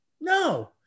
No